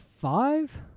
five